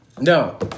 No